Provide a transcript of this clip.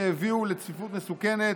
שהביאו לצפיפות מסוכנת,